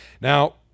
Now